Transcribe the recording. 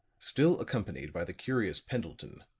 still accompanied by the curious pendleton,